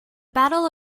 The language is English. battle